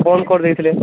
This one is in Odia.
ବନ୍ଦ କରି ଦେଇଥିଲେ